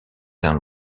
saint